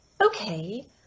Okay